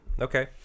Okay